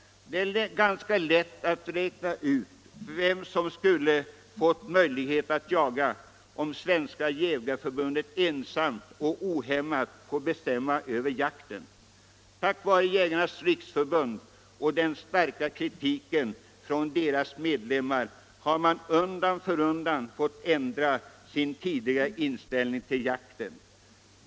Det är ganska lätt att räkna ut vem som skulle ha fått möjlighet att jaga, om Svenska jägareförbundet ensamt och ohämmat hade kunnat bestämma över jakten. Tack vare Jägarnas riksförbund och den starka kritiken från dess medlemmar har man emellertid i Svenska jägareförbundet undan för undan fått ändra sin tidigare inställning till jakten.